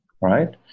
right